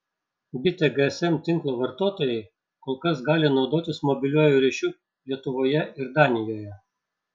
bitė gsm tinklo vartotojai kol kas gali naudotis mobiliuoju ryšiu lietuvoje ir danijoje